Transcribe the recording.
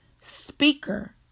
speaker